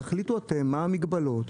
תחליטו אתם מה המגבלות,